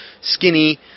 skinny